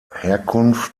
herkunft